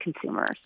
consumers